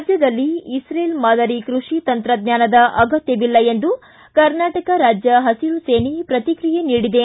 ರಾಜ್ಯದಲ್ಲಿ ಇಸ್ರೇಲ್ ಮಾದರಿ ಕೃಷಿ ತಂತ್ರಜ್ಞಾನದ ಅಗತ್ಯವಿಲ್ಲ ಎಂದು ಕರ್ನಾಟಕ ರಾಜ್ಯ ಹುಸಿರು ಸೇನೆ ಪ್ರತಿಕ್ರಿಯೆ ನೀಡಿದೆ